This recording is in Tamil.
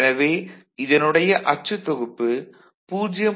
எனவே இதனுடைய அச்சுத்தொகுப்பு 0